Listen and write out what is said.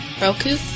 Roku